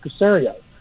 Casario